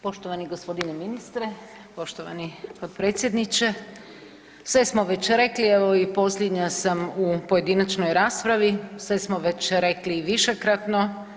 Poštovani gospodine ministre, poštovani potpredsjedniče, sve smo već rekli, evo i posljednja sam u pojedinačnoj raspravi, sve smo već rekli i višekratno.